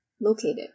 located